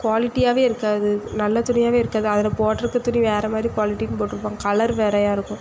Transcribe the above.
குவாலிட்டியாகவே இருக்காது நல்ல துணியாகவே இருக்காது அதில் போட்ருக்க துணி வேறு மாதிரி குவாலிட்டின்னு போட்டுருப்பாங்க கலரு வேறையாக இருக்கும்